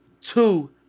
two